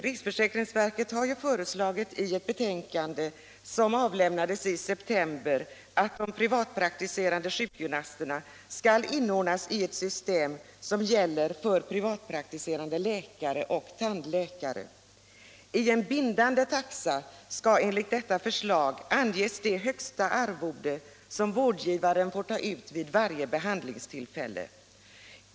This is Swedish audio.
Riksförsäkringsverket föreslår i ett betänkande som avlämnades i september att de privatpraktiserande sjukgymnasterna skall inordnas i ett system som liknar det som gäller för privatpraktiserande läkare och tandläkare. I en bindande taxa skall enligt förslaget anges det högsta arvode som vårdgivaren får ta ut vid varje behandlingstillfälle.